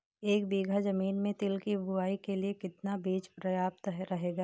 एक बीघा ज़मीन में तिल की बुआई के लिए कितना बीज प्रयाप्त रहेगा?